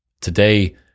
Today